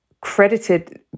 credited